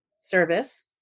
service